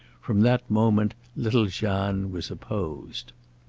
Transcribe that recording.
from that moment little jeanne was opposed.